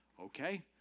Okay